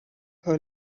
her